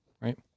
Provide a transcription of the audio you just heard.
Right